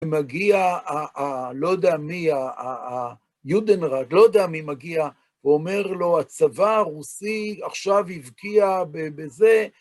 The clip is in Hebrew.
ומגיע, לא יודע מי, יודנראט, לא יודע מי מגיע ואומר לו, הצבא הרוסי עכשיו הבקיע בזה.